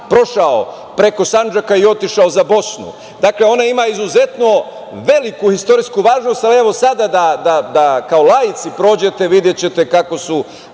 prošao preko Sandžaka i otišao za Bosnu. Dakle, ona ima izuzetno veliku istorijsku važnost, a evo sada da kao laici prođete videćete kako su